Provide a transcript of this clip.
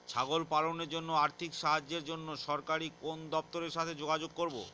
ছাগল পালনের জন্য আর্থিক সাহায্যের জন্য সরকারি কোন দপ্তরের সাথে যোগাযোগ করব?